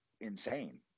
insane